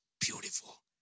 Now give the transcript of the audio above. beautiful